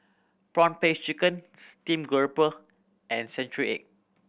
prawn paste chicken steamed grouper and century egg